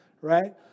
right